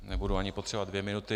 Nebudu ani potřebovat dvě minuty.